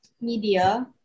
media